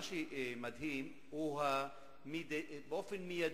מה שמדהים הוא שבאופן מיידי,